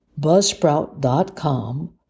buzzsprout.com